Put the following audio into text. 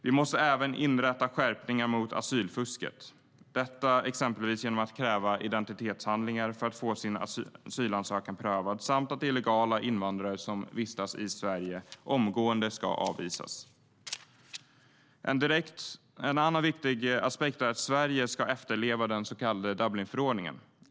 Vi måste även inrätta skärpningar mot asylfusket, exempelvis genom att kräva identitetshandlingar för att man ska få asylansökan prövad. Och illegala invandrare som vistas i Sverige ska omgående avvisas. En annan viktig aspekt är att Sverige ska efterleva den så kallade Dublinförordningen.